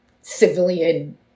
civilian